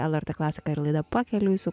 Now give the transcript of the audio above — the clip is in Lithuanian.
lrt klasika ir laida pakeliui su